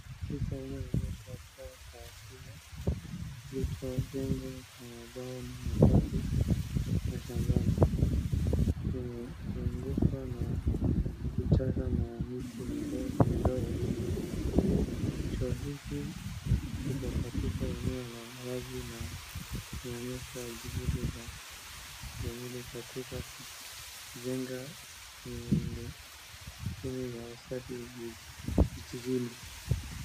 Picha inayoonyesha choo cha shimo, kilichojengwa kwa mambao au mabati la shambani imezungukwa na vichaka na miti midogo, choo hiki kiko katika eneo la wazi na kinaonyesha juhudi za jamii katika kujenga miundombinu ya ustadi vijijini.